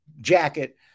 jacket